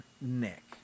Nick